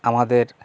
আমাদের